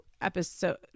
episode